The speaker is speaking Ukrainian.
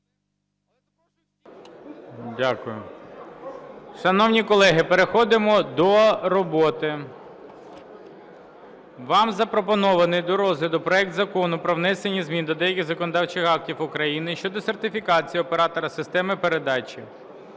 Дякую. Шановні колеги, переходимо до роботи. Вам запропонований до розгляду проект Закону про внесення змін до деяких законодавчих актів України щодо сертифікації оператора системи передачі